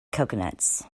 coconuts